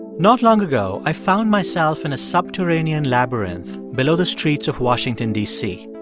not long ago, i found myself in a subterranean labyrinth below the streets of washington, d c.